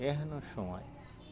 এহেন সময়